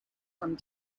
from